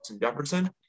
Jefferson